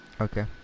Okay